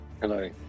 Hello